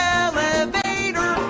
elevator